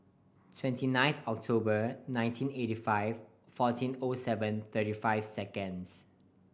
twenty nine October nineteen eighty five fourteen O seven thirty five seconds